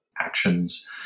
actions